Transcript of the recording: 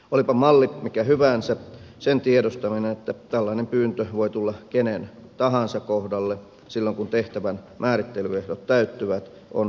olipa malli mikä hyvänsä sen tiedostaminen että tällainen pyyntö voi tulla kenen tahansa kohdalle silloin kun tehtävän määrittelyehdot täyttyvät on tärkeää